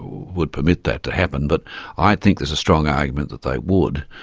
would permit that to happen, but i think there's a strong argument that they would.